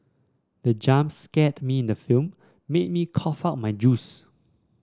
the jump scared me in the film made me cough out my juice